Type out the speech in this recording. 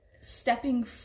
stepping